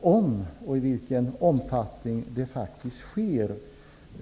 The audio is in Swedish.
om och i vilken omfattning det faktiskt sker.